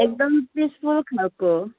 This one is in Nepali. एकदम पिसफुल खाले